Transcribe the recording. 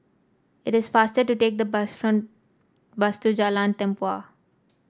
it is faster to take the bus from bus to Jalan Tempua